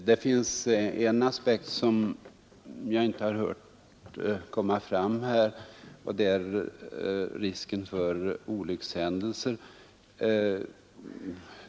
Fru talman! En aspekt som jag tror inte har kommit fram här är risken för olyckshändelser.